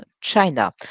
China